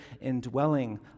indwelling